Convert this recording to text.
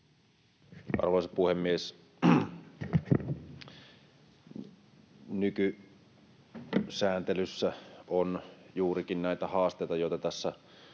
Arvoisa puhemies! Nykysääntelyssä on juurikin näitä haasteita, joita tässä